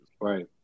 Right